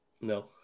No